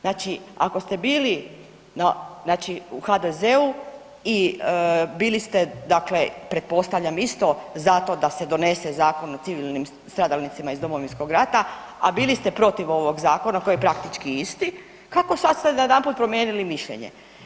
Znači ako ste bili znači u HDZ-u i bili ste dakle pretpostavljam isto zato da se donese Zakon o civilnim stradalnicima iz Domovinskog rata a bili ste protiv ovog zakona koji je praktički isti, kako ste sad odjedanput promijenili mišljenje?